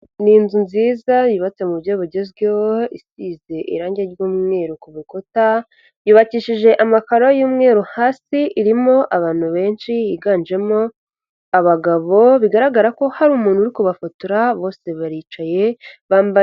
Ni inzu nziza yubatse mu buryo bugezweho, isize irange ry'umweru ku rukuta, yubakishije amakaro y'umweru hasi irimo abantu benshi higanjemo abagabo, bigaragara ko hari umuntu uri kubafotora bose baricaye bambaye.